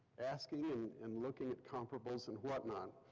asking and looking at comparable and whatnot.